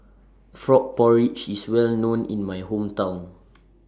Frog Porridge IS Well known in My Hometown